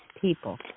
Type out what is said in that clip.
people